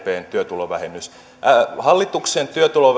sdpn työtulovähennys hallituksen työtulovähennys